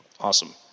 Awesome